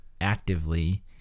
actively